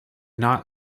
not